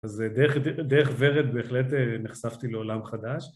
אז דרך ורד בהחלט נחשפתי לעולם חדש.